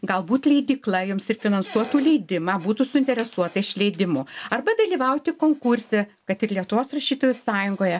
galbūt leidykla jums ir finansuotų leidimą būtų suinteresuota išleidimu arba dalyvauti konkurse kad ir lietuvos rašytojų sąjungoje